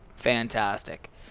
fantastic